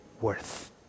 worth